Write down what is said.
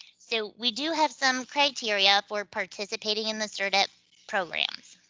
so we do have some criteria for participating in the so cerdep programs.